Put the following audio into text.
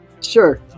Sure